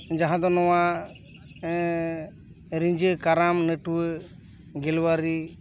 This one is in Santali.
ᱡᱟᱦᱟᱸ ᱫᱚ ᱱᱚᱣᱟ ᱨᱤᱧᱡᱷᱟᱹ ᱠᱟᱨᱟᱢ ᱱᱟᱹᱴᱣᱟᱹ ᱜᱮᱞᱣᱟᱨᱤ